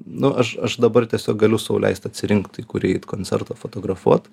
nu aš aš dabar tiesiog galiu sau leist atsirinkt į kurį eit koncertą fotografuot